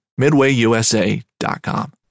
MidwayUSA.com